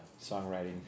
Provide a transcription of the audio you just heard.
songwriting